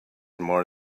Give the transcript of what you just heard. more